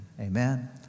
Amen